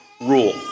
Rule